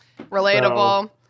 relatable